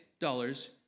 dollars